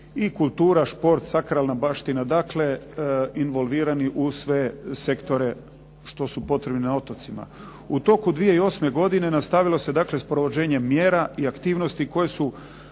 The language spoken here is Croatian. i kultura, šport, sakralna baština. Dakle involvirani u sve sektore što su potrebni na otocima. U toku 2008. godine nastavilo se s provođenjem mjera i aktivnosti koje su